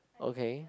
okay